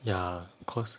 ya cause